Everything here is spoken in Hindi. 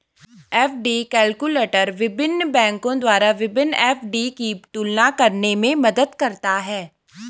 एफ.डी कैलकुलटर विभिन्न बैंकों द्वारा विभिन्न एफ.डी की तुलना करने में मदद करता है